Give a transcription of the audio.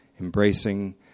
embracing